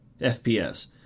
FPS